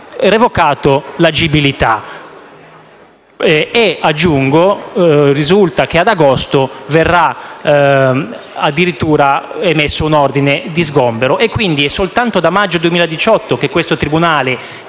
revocato l'agibilità. Risulta, inoltre, che ad agosto verrà addirittura emesso un ordine di sgombero. Pertanto, è soltanto da maggio 2018 che questo tribunale,